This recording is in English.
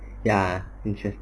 ya interest